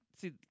See